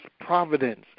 providence